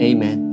Amen